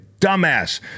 dumbass